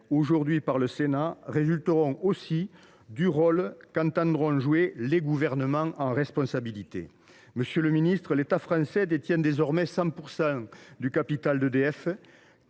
aujourd’hui par le Sénat dépendront aussi du rôle qu’entendront jouer les gouvernements, en responsabilité. Monsieur le ministre, l’État français détient désormais 100 % du capital d’EDF.